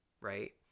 Right